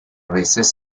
veces